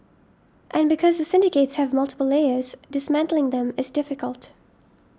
and because the syndicates have multiple layers dismantling them is difficult